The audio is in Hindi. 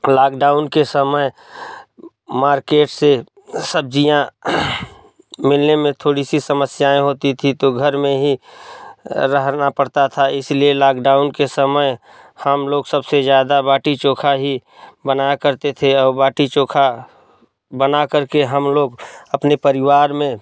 लाकडाउन के समय मार्केट से सब्ज़ियाँ मिलने में थोड़ी सी समस्याएँ होती थी तो घर में ही रहना पड़ता था इसीलिए लाकडाउन के समय हम लोग सबसे ज़्यादा बाटी चोखा ही बनाया करते थे और बाटी चोखा बना कर के हम लोग अपने परिवार में